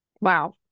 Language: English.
wow